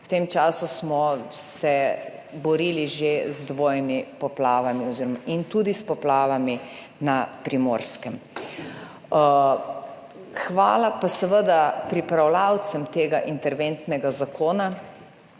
V tem času smo se borili že z dvojimi poplavami in tudi s poplavami na Primorskem. Hvala pa seveda pripravljavcem tega interventnega zakona,